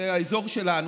זה האזור שלנו,